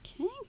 Okay